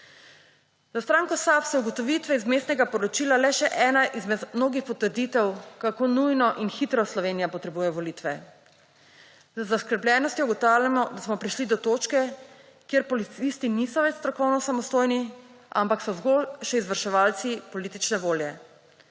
Za stranko SAB so ugotovitve iz Vmesnega poročila le še ena izmed mnogih potrditev, kako nujno in hitro Slovenija potrebuje volitve. Z zaskrbljenostjo ugotavljamo, da smo prišli do točke, kjer policisti niso več strokovno samostojni, ampak so zgolj še izvrševalci politične volje.